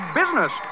business